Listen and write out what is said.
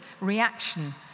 reaction